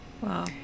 Wow